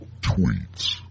Tweets